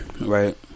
right